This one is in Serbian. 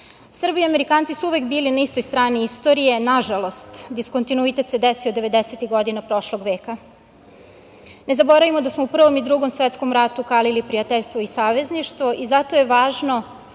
Srbi i Amerikanci su uvek bili na istoj strani istorije. Nažalost, diskontinuitet se desio devedesetih godina prošlog veka. Ne zaboravimo da smo u Prvom i Drugom svetskom ratu kalili prijateljstvo i savezništvo i zato je važno